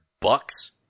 bucks